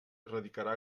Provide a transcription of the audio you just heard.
radicarà